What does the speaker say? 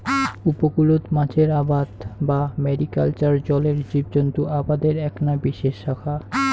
উপকূলত মাছের আবাদ বা ম্যারিকালচার জলের জীবজন্ত আবাদের এ্যাকনা বিশেষ শাখা